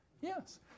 Yes